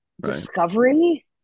discovery